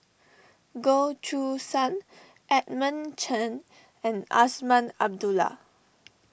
Goh Choo San Edmund Chen and Azman Abdullah